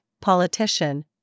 politician